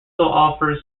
offers